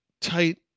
tight